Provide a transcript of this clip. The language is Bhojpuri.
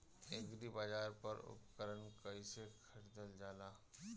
एग्रीबाजार पर उपकरण कइसे खरीदल जाला?